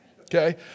Okay